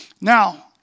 Now